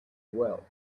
well